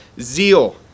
zeal